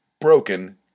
broken